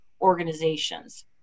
organizations